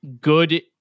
good